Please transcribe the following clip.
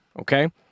okay